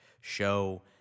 show